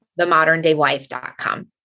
themoderndaywife.com